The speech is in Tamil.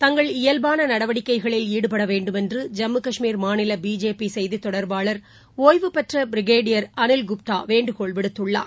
தங்கள் இயல்பானநடவடிக்கைகளில் ஈடுபடவேண்டும் என்று ஜம்மு கஷ்மீர் மாநிலபிஜேபிசெய்தித் தொடர்பாளர் ஒய்வு பெற்றபிரிகேடியர் அனில் குப்தாவேண்டுகோள் விடுத்துள்ளார்